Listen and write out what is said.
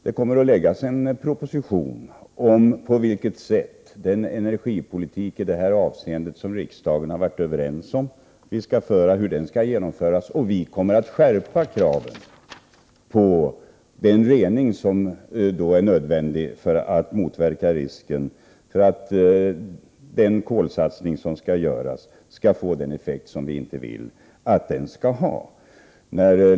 Det kommer snart att läggas fram en proposition om hur vi skall genomföra den energipolitik i det avseende som riksdagen har varit överens om. Vi kommer i denna proposition att skärpa kraven på den rening som är nödvändig för att motverka risken att den kolsatsning som skall göras för att minska vårt oljeberoende får en effekt som vi inte vill ha.